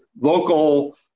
local